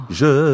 je